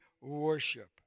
worship